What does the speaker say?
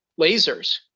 lasers